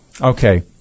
okay